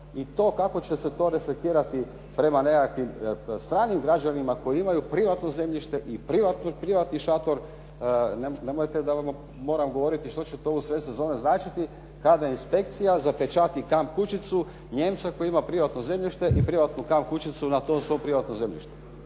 i to kako će se to reflektirati prema nekakvim stranim građanima koji imaju privatno zemljište i privatni šator nemojte da vam moram govoriti što će to u sred sezone značiti kada inspekcija zapečati kamp kućicu Nijemca koji ima privatno zemljište i privatnu kamp kućicu na tom svom zemljištu.